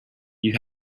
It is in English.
you